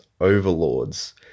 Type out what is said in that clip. overlords